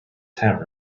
tent